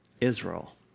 Israel